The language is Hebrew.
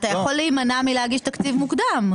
אתה יכול להימנע מלהגיש תקציב מוקדם.